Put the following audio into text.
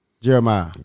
Jeremiah